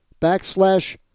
backslash